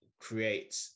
create